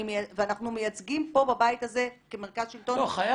ואנחנו מייצגים פה בבית הזה כמרכז שלטון מקומי,